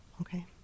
okay